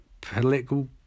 political